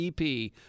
EP